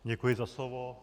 Děkuji za slovo.